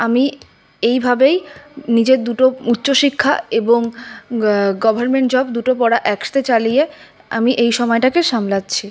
আমি এইভাবেই নিজের দুটো উচ্চশিক্ষা এবং গভর্নমেন্ট জব দুটো পড়া একসাথে চালিয়ে আমি এই সময়টাকে সামলাচ্ছি